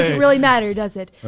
really matter, does it?